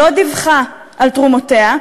לא דיווחה על תרומותיה.